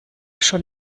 schon